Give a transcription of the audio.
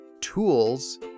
tools